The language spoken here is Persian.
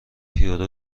یورو